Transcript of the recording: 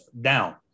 down